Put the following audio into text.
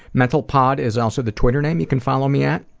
mentalpod is also the twitter name you can follow me at,